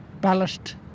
ballast